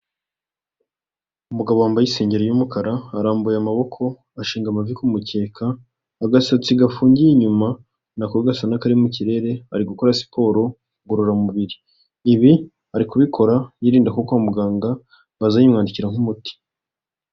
Umugabo wambaye isengeri y'umukara, arambuye amaboko ashinga amavi ku mukeka, agasatsi gafungiye inyuma na ko gasa n'akari mu kirere bari gukora siporo ngororamubiri. Ibi ari kubikora yirinda ko kwa muganga bazabimwandikira nk'umuti.